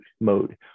mode